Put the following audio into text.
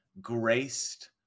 graced